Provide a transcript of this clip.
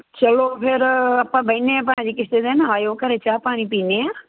ਚਲੋ ਫਿਰ ਆਪਾਂ ਬਹਿਨੇ ਹਾਂ ਭਾਅ ਜੀ ਕਿਸੇ ਦਿਨ ਆਇਓ ਘਰੇ ਚਾਹ ਪਾਣੀ ਪੀਂਦੇ ਹਾਂ